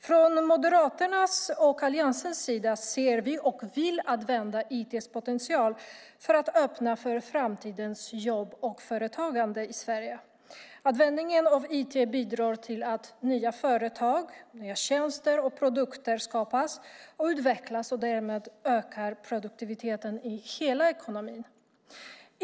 Från Moderaternas och Alliansens sida ser vi och vill använda IT:s potential för att öppna för framtidens jobb och företagande i Sverige. Användningen av IT bidrar till att nya företag, nya tjänster och produkter skapas och utvecklas, och därmed ökar produktiviteten i hela ekonomin.